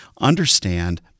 understand